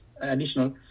additional